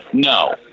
No